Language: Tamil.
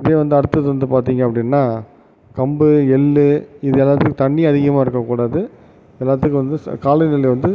இதே வந்து அடுத்தது வந்து பார்த்திங்க அப்படினால் கம்பு எள் இது எல்லாத்துக்கும் தண்ணி அதிகமாக இருக்க கூடாது எல்லாத்துக்கும் வந்து காலநிலை வந்து